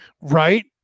Right